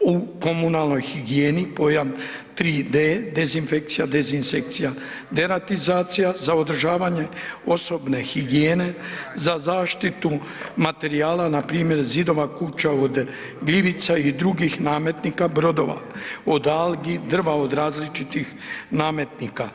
u komunalnoj higijeni, pojam 3D dezinfekcija, dezinsekcija, deratizacija za održavanje osobne higijene, za zaštitu materijala npr. zidova kuća od gljivica i drugih nametnika, brodova od algi, drva od različitih nametnika.